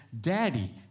Daddy